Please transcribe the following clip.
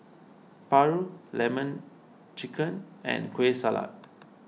Paru Lemon Chicken and Kueh Salat